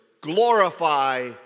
glorify